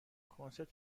کنسرت